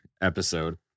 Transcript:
episode